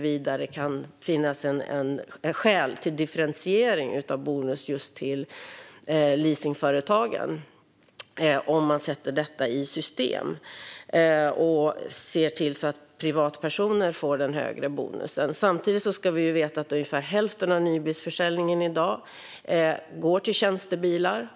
Vi har dock en fri inre marknad, vilket innebär att bilar både exporteras och importeras till Sverige. Även många dieselbilar exporteras från Sverige. Det är så det ser ut. Vi vet samtidigt att hälften av nybilsförsäljningen i dag blir tjänstebilar.